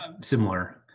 similar